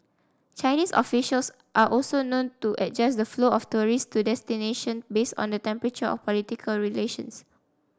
Chinese officials are also known to adjust the flow of tourists to destination based on the temperature of political relations